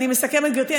אני מסכמת, גברתי.